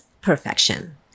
perfection